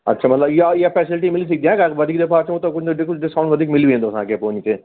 अछा मतिलबु इहो इहा फ़ेसिलिटी मिली सघंदी आहे वधीक दफ़ा अचऊं त उनते कुझु डिस्काउंट वधीक मिली वेंदो असांखे पोइ उनते